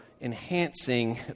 enhancing